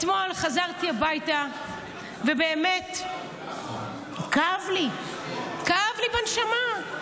אתמול חזרתי הביתה ובאמת כאב לי, כאב לי בנשמה.